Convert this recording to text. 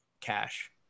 cash